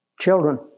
Children